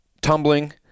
Tumbling